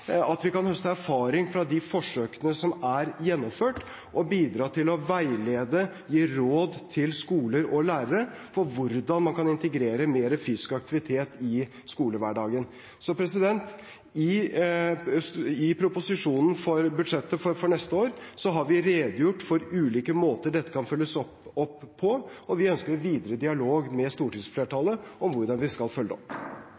at vi kan høste erfaring fra de forsøkene som er gjennomført, og bidra til å veilede, gi råd til skoler og lærere, om hvordan man kan integrere mer fysisk aktivitet i skolehverdagen. I budsjettproposisjonen for neste år har vi redegjort for ulike måter dette kan følges opp på, og vi ønsker en videre dialog med stortingsflertallet om hvordan vi skal følge det opp.